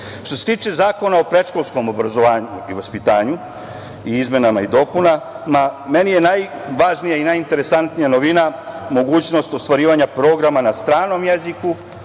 se tiče Zakona o predškolskom obrazovanju i vaspitanju i izmenama i dopunama, meni je najvažnije i najinteresantnija novina, mogućnost ostvarivanja programa na stranom jeziku,